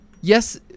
yes